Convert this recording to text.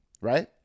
right